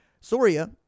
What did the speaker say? Soria